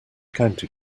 county